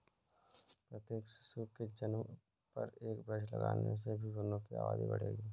प्रत्येक शिशु के जन्म पर एक वृक्ष लगाने से भी वनों की आबादी बढ़ेगी